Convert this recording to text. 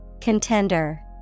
Contender